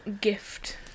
gift